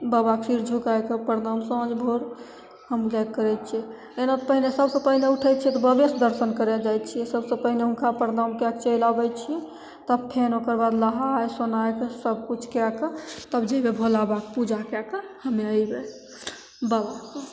बाबाके सिर झुकैके परनाम साँझ भोर हम जाके करै छिए एना तऽ पहिले सबसे पहिले उठै छिए तऽ बाबेसे दर्शन करै ले जाइ छिए सबसे पहिने हुनका परनाम कै के चलि आबै छिए तब फेर ओकर बाद नहै सोनैके सबकिछु कै के तब जएबै भोला बाबाके पूजा कै के हमे अएबै बाबाके